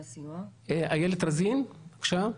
איילת רזין, בקשה.